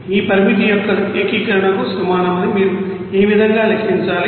ఈ పరిమితి యొక్క ఏకీకరణకు సమానమని మీరు ఈ విధంగా లెక్కించాలి